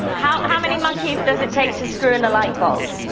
how how many monkeys does it take to screw in a light bulb?